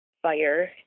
fire